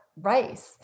rice